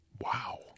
Wow